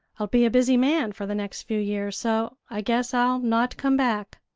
i'll be a busy man for the next few years, so i guess i'll not come back.